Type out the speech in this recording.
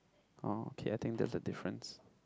okay I think that's the difference